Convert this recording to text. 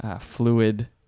fluid